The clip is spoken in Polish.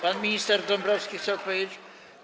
Pan minister Dąbrowski chce odpowiedzieć?